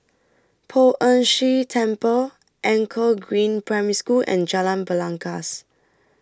Poh Ern Shih Temple Anchor Green Primary School and Jalan Belangkas